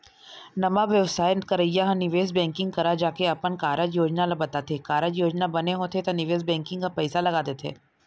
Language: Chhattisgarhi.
नवा बेवसाय करइया ह निवेश बेंकिग करा जाके अपन कारज योजना ल बताथे, कारज योजना बने होथे त निवेश बेंकिग ह पइसा लगा देथे